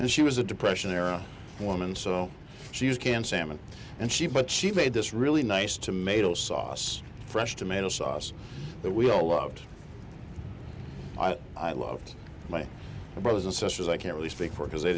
and she was a depression era woman so she can salmon and she but she made this really nice tomato sauce fresh tomato sauce that we all loved i love my brothers and sisters i can't really speak for because